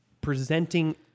presenting